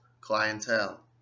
clientele